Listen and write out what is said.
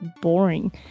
boring